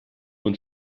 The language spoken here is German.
und